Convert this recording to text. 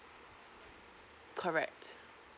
correct